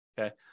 Okay